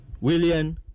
William